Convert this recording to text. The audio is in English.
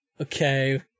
Okay